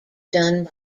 done